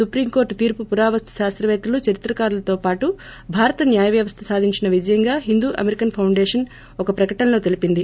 supreme court తీర్పు పురావస్తు శాస్తవేత్తలు చరిత్రకారులతో పాటు భారత న్యాయ వ్యవస్థ సాధించిన విజయంగా హిందూ అమెరికన్ ఫౌండేషన్ హెచ్ఎఎఫ్ ఒక ప్రకటసలో తెలిపింది